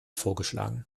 vorgeschlagen